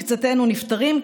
מקצתנו נפטרים,